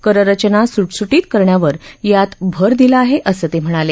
कररचना सुटसुटीत करण्यावर यात भर दिला आहे असं ते म्हणाले